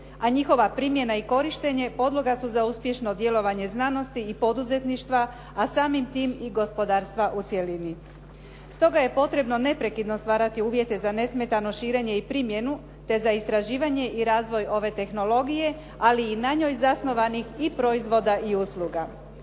A njihova primjena i korištenje podloga su za uspješno djelovanje znanosti i poduzetništva a samim time i gospodarstva u cjelini. Stoga je potrebno neprekidno stvarati uvjete za nesmetano širenje i primjenu te za istraživanje i razvoj ove tehnologije ali i na njoj zasnovanih i proizvoda i usluga.